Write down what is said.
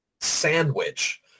sandwich